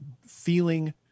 feeling